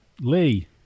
Lee